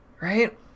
right